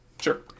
Sure